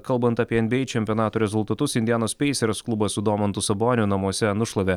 kalbant apie nba čempionato rezultatus indianos pacers klubas su domantu saboniu namuose nušlavė